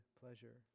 pleasure